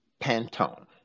pantone